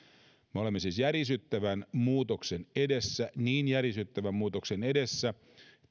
me olemme siis järisyttävän muutoksen edessä niin järisyttävän muutoksen edessä